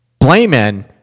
Blaming